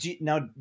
now